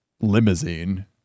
limousine